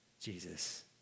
Jesus